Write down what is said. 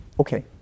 Okay